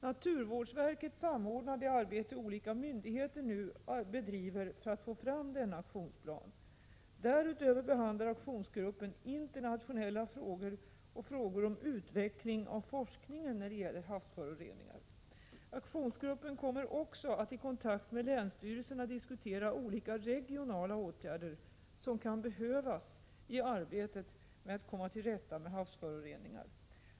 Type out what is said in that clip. Naturvårdsverket samordnar det arbete olika myndigheter nu bedriver för att få fram denna aktionsplan. Därutöver behandlar aktionsgruppen internationella frågor och frågor om utveckling av forskningen när det gäller havsföroreningar. Aktionsgruppen kommer också att i kontakt med länsstyrelserna diskutera olika regionala åtgärder som kan behövas i arbetet med att komma till rätta med havsföroreningar.